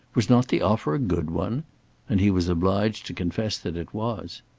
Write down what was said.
was not the offer a good one and he was obliged to confess that it was.